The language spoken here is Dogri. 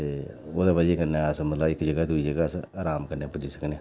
ते ओह्दी बजह कन्नै अस मतलब इक जगह् दा दूई जगह अस आराम कन्नै पुज्जी सकनेआं